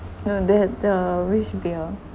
no they have the with beer